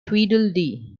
tweedledee